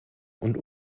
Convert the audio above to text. und